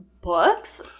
books